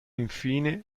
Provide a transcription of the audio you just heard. infine